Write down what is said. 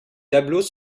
tableaux